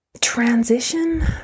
transition